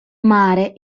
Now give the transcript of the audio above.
mare